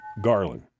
garland